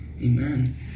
Amen